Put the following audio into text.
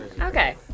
Okay